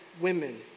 women